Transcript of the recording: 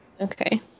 Okay